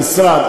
המשרד,